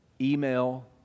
Email